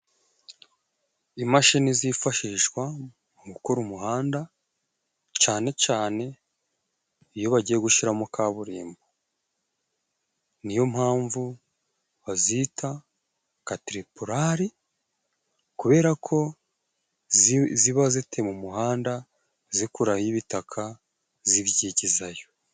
Imashini zifashishwa mu gukora umuhanda, cyane cyane iyo bagiye gushyiramo kaburimbo, ni yo mpamvu bazita katiripurari, kubera ko ziba zitema umuhanda zikuraho ibitaka zibyigizayo.